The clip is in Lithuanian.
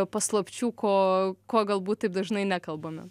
paslapčių ko ko galbūt taip dažnai nekalbame